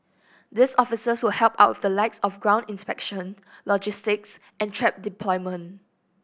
these officers will help out with the likes of ground inspection logistics and trap deployment